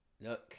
Look